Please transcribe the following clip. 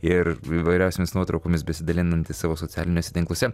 ir įvairiausiomis nuotraukomis besidalinanti savo socialiniuose tinkluose